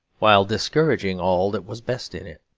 while discouraging all that was best in it.